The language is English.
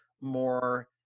more